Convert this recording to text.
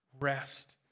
Rest